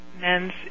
men's